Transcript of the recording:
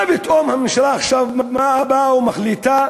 מה פתאום הממשלה עכשיו באה ומחליטה